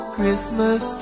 Christmas